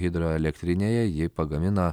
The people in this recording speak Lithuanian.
hidroelektrinėje ji pagamina